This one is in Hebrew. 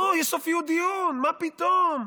לא, יש סופיות דיון, מה פתאום,